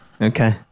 Okay